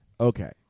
Okay